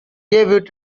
debut